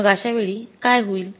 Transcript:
मग अशावेळी काय होईल